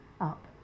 up